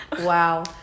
Wow